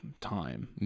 time